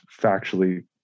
factually